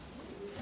Hvala